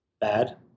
Bad